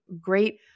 great